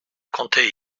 conter